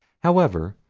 however,